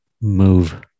move